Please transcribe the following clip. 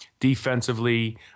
Defensively